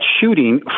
shooting